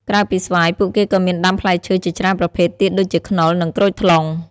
ក្រៅពីស្វាយ ពួកគេក៏មានដាំផ្លែឈើជាច្រើនប្រភេទទៀតដូចជាខ្នុរនិងក្រូចថ្លុង។